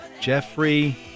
Jeffrey